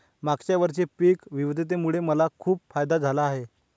मागच्या वर्षी पिक विविधतेमुळे मला खूप फायदा झाला आहे